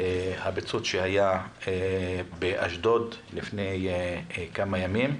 גז במפעל באשדוד לפני כמה ימים.